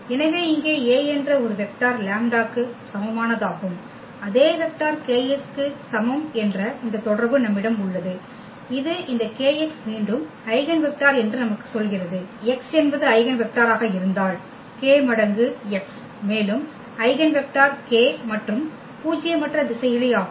எனவே இங்கே A என்ற ஒரு வெக்டர் λ க்கு சமமானதாகும் அதே வெக்டர் kx க்கு சமம் என்ற இந்த தொடர்பு நம்மிடம் உள்ளது இது இந்த kx மீண்டும் ஐகென் வெக்டர் என்று நமக்கு சொல்கிறது x என்பது ஐகென் வெக்டராக இருந்தால் k மடங்கு x மேலும் ஐகென் வெக்டர் k மற்றும் பூஜ்யமற்ற திசையிலி ஆகும்